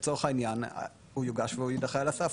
לצורך העניין הוא יוגש והוא יידחה על הסף,